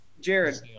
Jared